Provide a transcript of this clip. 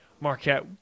Marquette